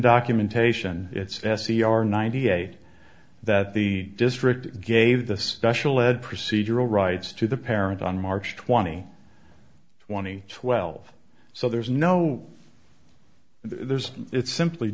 documentation it's s c r ninety eight that the district gave the special ed procedural rights to the parents on march twenty twenty twelve so there's no there's it's simply